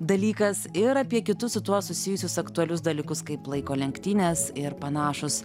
dalykas ir apie kitus su tuo susijusius aktualius dalykus kaip laiko lenktynės ir panašūs